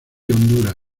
honduras